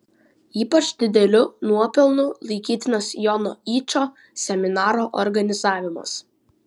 ypač dideliu nuopelnu laikytinas jono yčo seminaro organizavimas